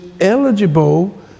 eligible